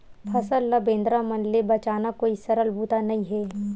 फसल ल बेंदरा मन ले बचाना कोई सरल बूता नइ हे